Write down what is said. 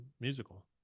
musical